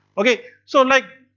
ok. so like,